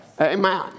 Amen